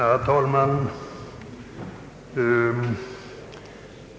Herr talman!